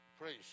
Praise